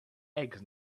eggs